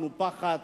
ממשלה מנופחת,